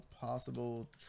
possible